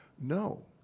No